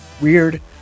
Weird